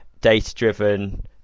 data-driven